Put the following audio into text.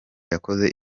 yakoze